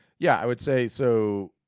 yeah, i would say, so,